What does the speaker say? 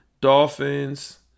Dolphins